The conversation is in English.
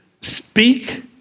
speak